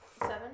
seven